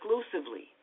exclusively